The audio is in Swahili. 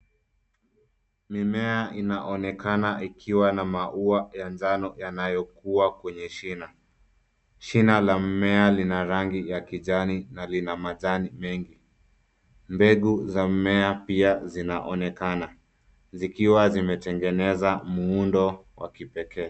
Mimea inaonekana ikiwa na maua ya njano yanayokua kwenye shina. Shina la mmea lina rangi ya kijani na lina majani mengi. Mbegu za mmea pia zinaonekana zikiwa zimetengeneza muundo wa kipekee.